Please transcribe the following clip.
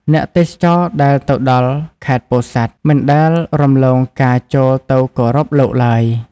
អ្នកទេសចរដែលទៅដល់ខេត្តពោធិ៍សាត់ មិនដែលរំលងការចូលទៅគោរពលោកឡើយ។